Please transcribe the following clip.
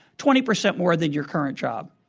twenty percent more than your current job.